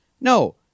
No